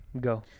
Go